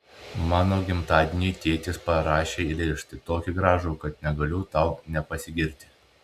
mano gimtadieniui tėtis parašė eilėraštį tokį gražų kad negaliu tau nepasigirti